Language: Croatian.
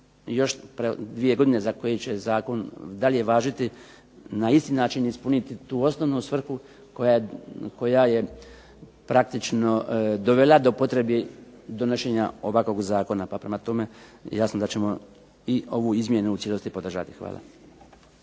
još dvije godine za koje će zakon dalje važiti na isti način ispuniti tu osnovnu svrhu koja je praktično dovela do potrebe donošenja ovakvog zakona. Pa prema tome jasno da ćemo i ovu izmjenu u cijelosti podržati. Hvala.